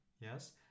Yes